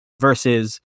Versus